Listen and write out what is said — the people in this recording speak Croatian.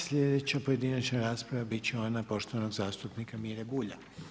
Slijedeća pojedinačna rasprava bit ona poštovanog zastupnika Mire Bulja.